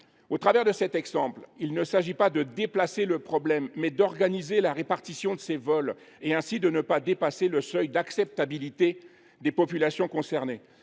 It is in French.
Je prends cet exemple non pas pour déplacer le problème, mais afin d’organiser la répartition des vols et, ainsi, de ne pas dépasser le seuil d’acceptabilité des populations concernées.